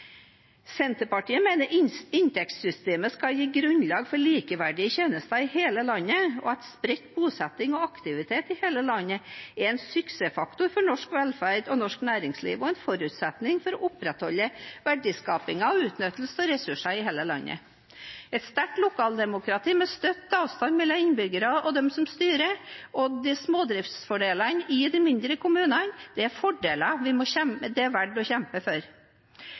Senterpartiet mener inntektssystemet skal gi grunnlag for likeverdige tjenester i hele landet, og at spredt bosetting og aktivitet i hele landet er en suksessfaktor for norsk velferd og norsk næringsliv og en forutsetning for å opprettholde verdiskaping og utnyttelse av ressurser i hele landet. Et sterkt lokaldemokrati med kort avstand mellom innbyggerne og de som styrer, og smådriftsfordelene i de mindre kommunene, er fordeler det er verdt å kjempe for.